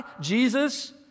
Jesus